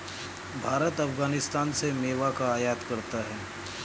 भारत अफगानिस्तान से मेवा का आयात करता है